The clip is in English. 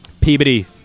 Peabody